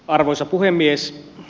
arvoisa puhemies